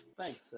Thanks